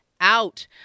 out